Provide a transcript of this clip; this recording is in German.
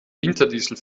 winterdiesel